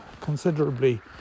considerably